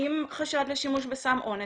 עם חשד לשימוש בסם אונס.